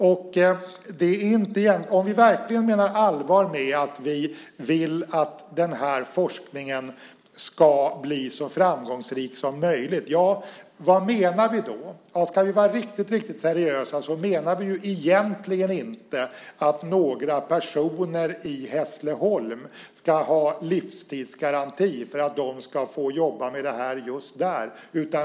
Om vi verkligen menar allvar med att vi vill att forskningen ska bli så framgångsrik som möjligt - vad menar vi då? Ska vi vara riktigt seriösa menar vi egentligen inte att några personer i Hässleholm ska ha livstidsgaranti för att de ska få jobba med det här just där.